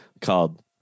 called